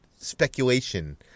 speculation